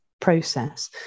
process